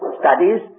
studies